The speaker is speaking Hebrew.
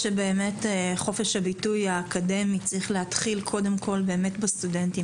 חופש הביטוי האקדמי צריך להתחיל קודם כול בסטודנטים,